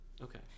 Okay